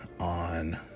on